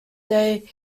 day